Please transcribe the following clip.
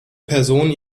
person